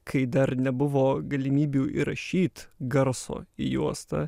kai dar nebuvo galimybių įrašyt garso juostą